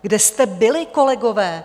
Kde jste byli, kolegové?